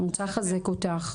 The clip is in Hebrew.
אני רוצה לחזק אותך.